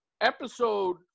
episode